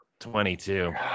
22